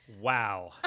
Wow